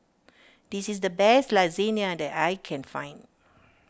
this is the best Lasagna that I can find